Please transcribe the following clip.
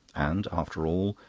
and, after all,